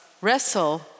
wrestle